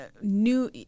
new